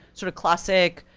sort of classic,